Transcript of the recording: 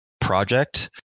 project